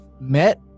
met